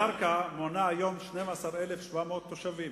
ירכא מונה היום 12,700 תושבים.